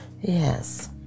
Yes